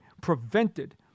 prevented